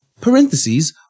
parentheses